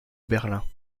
berlin